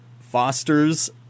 Foster's